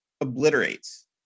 obliterates